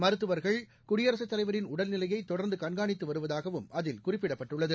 மருத்துவர்கள் குடியரசுத்தலைவரின் உடல்நிலையைதொடர்ந்துகண்காணித்துவருவதாகவும் அதில் குறிப்பிடப்பட்டுள்ளது